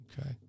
Okay